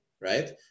right